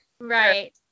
Right